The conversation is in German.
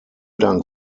dank